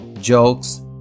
jokes